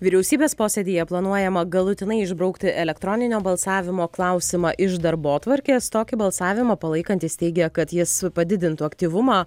vyriausybės posėdyje planuojama galutinai išbraukti elektroninio balsavimo klausimą iš darbotvarkės tokį balsavimą palaikantys teigia kad jis padidintų aktyvumą